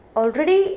already